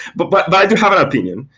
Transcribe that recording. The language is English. but but but i do have an opinion,